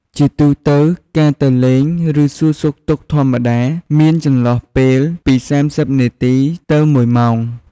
ជាទូទៅ ការទៅលេង ឬ សួរសុខទុក្ខធម្មតា មានចន្លោះពេលពី ៣០នាទី ទៅ ១ម៉ោង។